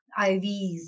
IVs